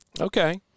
Okay